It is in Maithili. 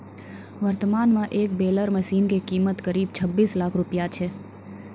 वर्तमान मॅ एक बेलर मशीन के कीमत करीब छब्बीस लाख रूपया छै